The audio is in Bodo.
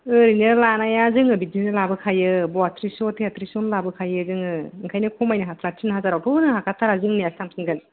ओरैनो लानाया जोङो बिदिनो लाबो खायो बयाथ्रिसस' थेयाथ्रिसस' नि लाबो खायो जोङो ओंखायनो खमायनो हाया तिन हाजारयावथ' होनो हाखा थारा जोंनियासो थांफिनगोन